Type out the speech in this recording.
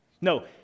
No